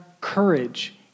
courage